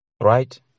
right